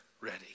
ready